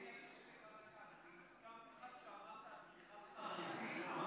אני הסכמתי איתך כשאמרת אדריכל חרדי.